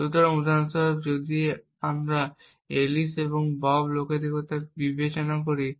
সুতরাং উদাহরণস্বরূপ যদি আমরা এলিস এবং বব লোকেদের কথা বিবেচনা করি